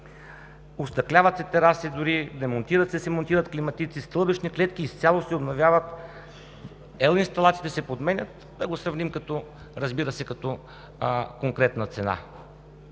остъкляват тераси, демонтират се и се монтират климатици, стълбищни клетки, изцяло се обновяват електрическите инсталации и се подменят, да го сравним като конкретна цена.